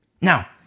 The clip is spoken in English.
Now